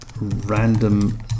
random